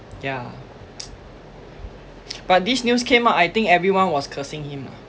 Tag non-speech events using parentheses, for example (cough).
yeah (noise) but this news came up I think everyone was cursing him lah